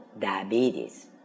diabetes